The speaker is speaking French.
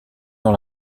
dans